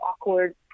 awkward